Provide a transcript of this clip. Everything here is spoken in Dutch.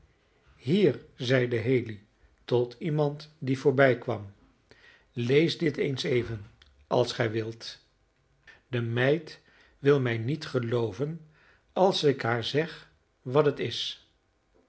hier zeide haley tot iemand die voorbijkwam lees dit eens even als gij wilt de meid wil mij niet gelooven als ik haar zeg wat het is